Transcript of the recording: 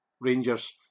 Rangers